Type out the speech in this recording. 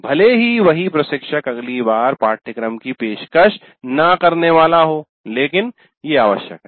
भले ही वही प्रशिक्षक अगली बार पाठ्यक्रम की पेशकश न करने वाला हो लेकिन ये आवश्यक हैं